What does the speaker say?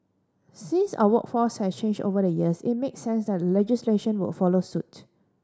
since our workforce has changed over the years it makes sense that legislation would follow suit